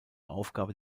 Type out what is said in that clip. aufgaben